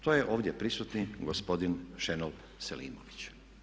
To je ovdje prisutni gospodin Šenol Selimović.